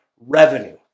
revenue